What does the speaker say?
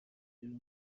بیرون